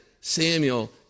Samuel